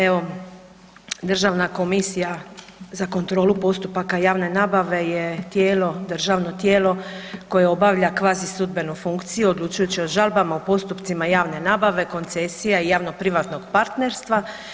Evo, Državna komisija za kontrolu postupaka javne nabave je tijelo, državno tijelo koje obavlja kvazi sudbeno funkciju odlučujući i postupcima javne nabave, koncesija, javno-privatno partnerstva.